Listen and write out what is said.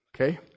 okay